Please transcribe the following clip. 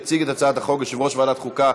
יציג את הצעת החוק יושב-ראש ועדת החוקה,